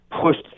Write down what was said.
pushed